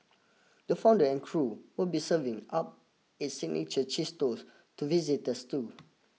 the founder and crew will be serving up its signature cheese toast to visitors too